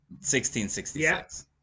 1666